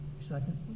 Second